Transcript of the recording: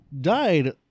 died